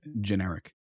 generic